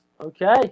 Okay